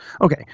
Okay